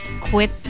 quit